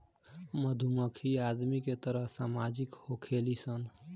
मधुमक्खी आदमी के तरह सामाजिक होखेली सन